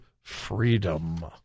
freedom